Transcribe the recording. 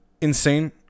insane